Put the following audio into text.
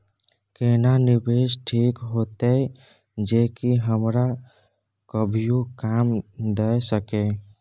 केना निवेश ठीक होते जे की हमरा कभियो काम दय सके?